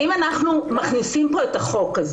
אם מכניסים את החוק,